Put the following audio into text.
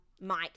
Mike